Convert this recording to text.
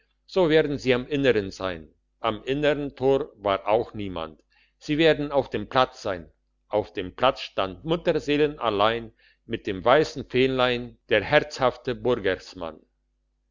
sie werden am innern sein am innern tor war auch niemand sie werden auf dem platz sein auf dem platz stand mutterseelallein mit dem weissen fähnlein der herzhafte